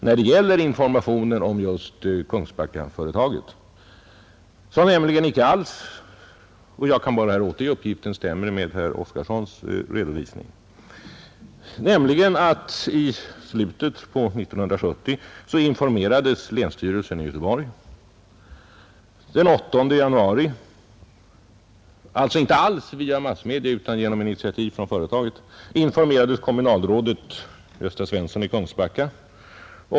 När det gäller informationen om just Kungsbackaföretaget stämmer den nämligen icke alls — jag kan bara här återge uppgiften — med herr Oskarsons redovisning. I slutet av 1970 informerades länsstyrelsen i Göteborg. Den 8 januari informerades — inte via massmedia utan genom initiativ från företaget — kommunalrådet Gösta Svensson i Kungsbacka.